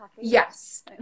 yes